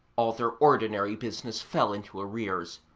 all their ordinary business fell into arrears.